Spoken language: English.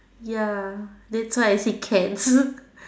ya that's why I said cats